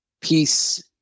peace